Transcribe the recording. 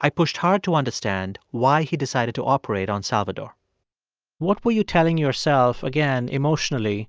i pushed hard to understand why he decided to operate on salvador what were you telling yourself, again, emotionally